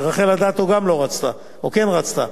ורחל אדטו גם לא רצתה, או כן רצתה?